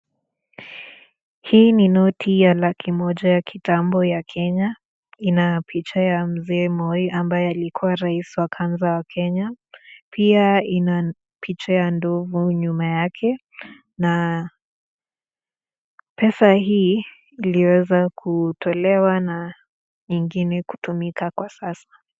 Hii ni noti ya laki Moja ya kitambo ya Kenya, Ina picha ya rais Moi ambaye alikuwa rais wa kwanza wa Kenya pia ina picha ya ndovu nyuma yake na pesa hii iliweza kutolewa na ingine hutumika Kwa Sasa